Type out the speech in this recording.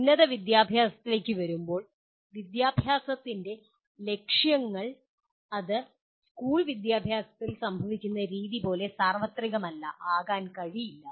ഉന്നതവിദ്യാഭ്യാസത്തിലേക്ക് വരുമ്പോൾ ഉന്നതവിദ്യാഭ്യാസത്തിന്റെ ലക്ഷ്യങ്ങൾ അത് സ്കൂൾ വിദ്യാഭ്യാസത്തിൽ സംഭവിക്കുന്ന രീതി പോലെ സാർവത്രികമല്ല ആകാൻ കഴിയില്ല